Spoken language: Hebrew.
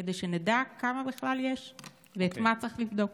כדי שנדע כמה יש בכלל ואת מה צריך לבדוק?